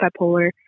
bipolar